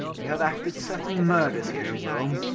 you have acted certain murders here in rome,